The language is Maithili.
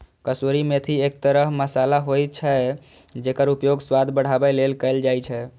कसूरी मेथी एक तरह मसाला होइ छै, जेकर उपयोग स्वाद बढ़ाबै लेल कैल जाइ छै